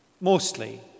Mostly